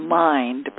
mind